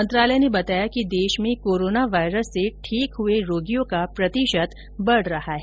मंत्रालय ने बताया कि देश मेँ कोरोना वायरस से ठीक हुए रोगियों का प्रतिशत बढ रहा है